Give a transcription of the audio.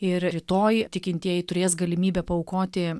ir rytoj tikintieji turės galimybę paaukoti